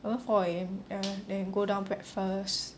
uh four A_M ya then go down breakfast